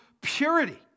purity